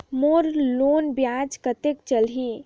मोर loan ब्याज कतेक चलही?